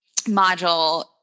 module